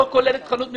לא כוללת חנות מקוונת?